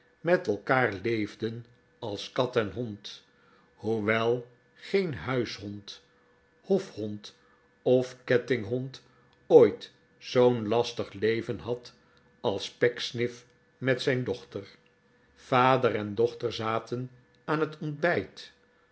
met elkaar leefden als kat en hond hoewel geen huishond hofhond of kettinghond ooit zoo'n lastig leven had als pecksniff met zijn dochter vader en dochter zaten aan het ontbijt